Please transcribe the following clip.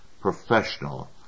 professional